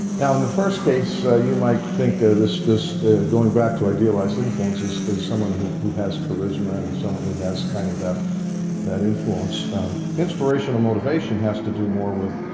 now in the first case so you might think this this going back to idealized influences is someone who who has charisma, and someone who has kind of that that influence inspirational motivation has to do more with